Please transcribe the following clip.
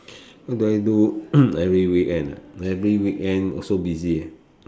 what do I do every weekend ah every weekend also busy ah